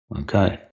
Okay